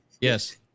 Yes